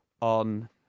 on